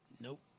Nope